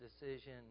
decision